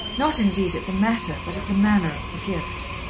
not, indeed, at the matter, but at the manner of the gift.